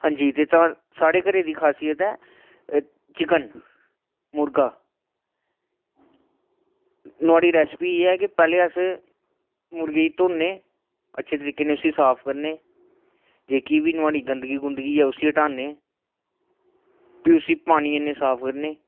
हांजी ते तां साढ़े घरै दी खासियत ऐ चिकन मुर्गा नोहाड़ी रेसिपी एह् ऐ कि पैह्लें अस मुर्गे गी धोन्ने अच्छे तरीके कन्नै उस्सी साफ करने जेह्की बी नोहाड़ी गंदगी गुंदगी ऐ उस्सी हटाने भी उस्सी पानियै नै साफ करने